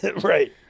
Right